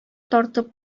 тартып